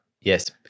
Yes